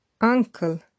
Uncle